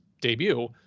debut